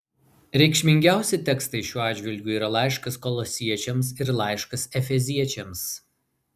reikšmingiausi tekstai šiuo atžvilgiu yra laiškas kolosiečiams ir laiškas efeziečiams